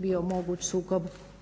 bio moguć sukob